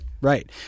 Right